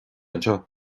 anseo